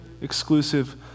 exclusive